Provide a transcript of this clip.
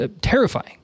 terrifying